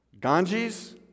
Ganges